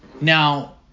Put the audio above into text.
Now